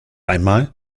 einmal